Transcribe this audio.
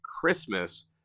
Christmas